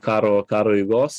karo karo eigos